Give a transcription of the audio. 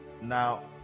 now